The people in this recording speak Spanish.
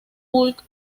hulk